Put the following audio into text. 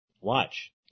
Watch